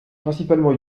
principalement